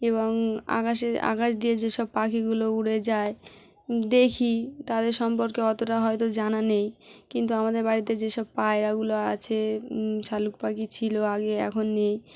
এবং আকাশে আকাশ দিয়ে যেসব পাখিগুলো উড়ে যায় দেখি তাদের সম্পর্কে অতটা হয়তো জানা নেই কিন্তু আমাদের বাড়িতে যেসব পায়রাগুলো আছে শালিক পাখি ছিল আগে এখন নেই